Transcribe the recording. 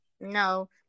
No